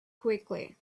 quickly